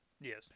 Yes